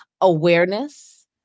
awareness